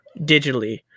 digitally